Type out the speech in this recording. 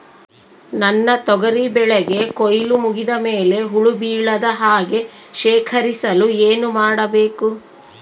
ನನ್ನ ತೊಗರಿ ಬೆಳೆಗೆ ಕೊಯ್ಲು ಮುಗಿದ ಮೇಲೆ ಹುಳು ಬೇಳದ ಹಾಗೆ ಶೇಖರಿಸಲು ಏನು ಮಾಡಬೇಕು?